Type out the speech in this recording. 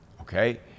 Okay